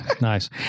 Nice